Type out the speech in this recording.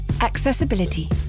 Accessibility